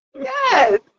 yes